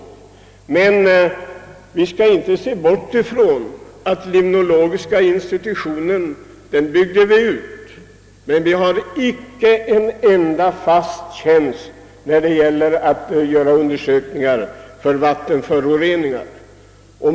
Vi skall emellertid inte se bort ifrån att vi visserligen har byggt ut limnologiska institutionen men icke har gett den en enda fast tjänst för att undersöka vattenföroreningar.